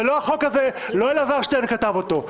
את החוק הזה לא אלעזר שטרן כתב אותו.